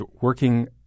working